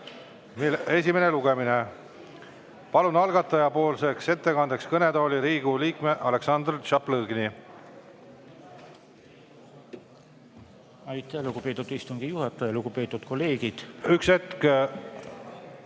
esimene lugemine. Palun algatajapoolseks ettekandeks kõnetooli Riigikogu liikme Aleksandr Tšaplõgini. Aitäh, lugupeetud istungi juhataja! Lugupeetud kolleegid! Aitäh,